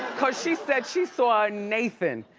cause she said she saw a nathan.